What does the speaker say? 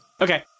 Okay